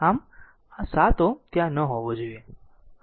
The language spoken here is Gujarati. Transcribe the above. આમ આ 7 Ω ત્યાં ન હોવો જોઈએ